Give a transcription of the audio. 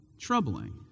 troubling